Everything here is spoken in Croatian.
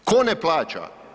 Tko ne plaća?